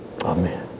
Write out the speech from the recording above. Amen